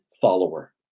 follower